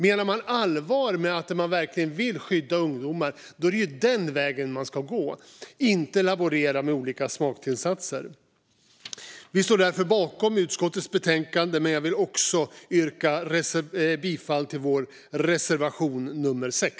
Menar man allvar med att man verkligen vill skydda ungdomar är det den vägen man ska gå och inte laborera med olika smaktillsatser. Vi står därför bakom utskottets förslag i betänkandet, men jag vill också yrka bifall till vår reservation nummer 6.